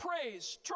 praise